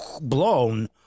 blown